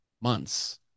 months